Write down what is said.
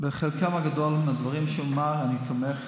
בחלק הגדול של הדברים שהוא אמר אני תומך,